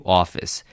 office